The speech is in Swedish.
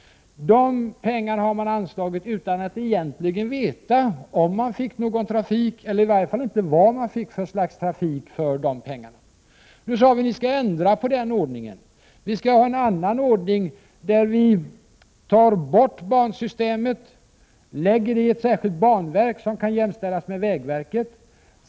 De pengarna har riksdagen anslagit utan att egentligen veta om man har fått någon trafik, eller i varje fall inte vad för slags trafik man har fått. Vi sade att vi skulle ändra på den ordningen. Vi skall ha en annan ordning, där vi tar bort bansystemet och för över det till ett särskilt banverk som kan jämställas med vägverket.